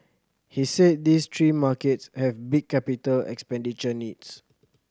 he said these three markets have big capital expenditure needs